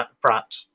brat